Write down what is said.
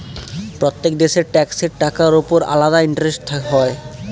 প্রত্যেক দেশের ট্যাক্সের টাকার উপর আলাদা ইন্টারেস্ট হয়